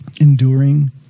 Enduring